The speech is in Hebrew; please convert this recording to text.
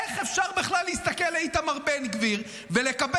איך אפשר בכלל להסתכל על איתמר בן גביר ולקבל